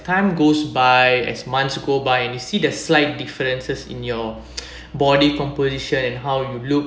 time goes by as months go by and you see the slight differences in your body composition and how you look